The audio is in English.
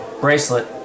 Bracelet